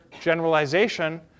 generalization